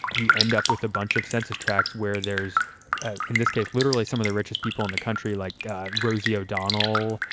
you end up with a bunch of census tracts where there's in this case, literally some of the richest people in the country, like rosie o'donnell,